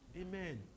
Amen